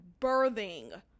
birthing